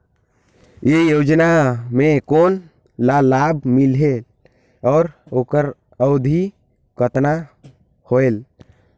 ये योजना मे कोन ला लाभ मिलेल और ओकर अवधी कतना होएल